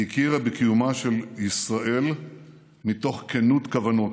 היא הכירה בקיומה של ישראל מתוך כנות כוונות.